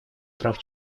прав